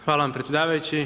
Hvala vam predsjedavajući.